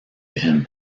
him